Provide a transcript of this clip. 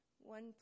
one